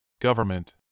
Government